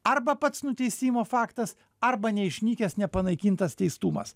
arba pats nuteisimo faktas arba neišnykęs nepanaikintas teistumas